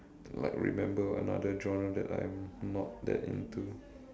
like remember another genre that I'm not that into